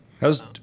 How's